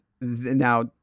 now